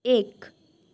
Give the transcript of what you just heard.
एक